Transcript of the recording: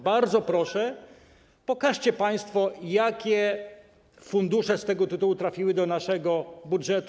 Bardzo proszę, pokażcie państwo, jakie fundusze z tego tytułu trafiły do naszego budżetu.